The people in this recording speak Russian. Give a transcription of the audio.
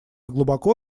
глубоко